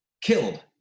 Killed